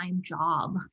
job